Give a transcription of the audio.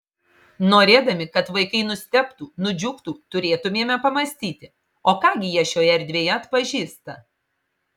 norėdami kad vaikai nustebtų nudžiugtų turėtumėme pamąstyti o ką gi jie šioje erdvėje atpažįsta